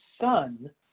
son